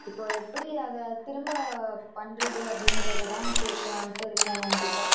இப்போது எப்படி அதை திரும்ப பண்ணுறது அப்படின்றது தான் கேக்கலாம்ன்ட்டு இருக்கேன் உன் கிட்டே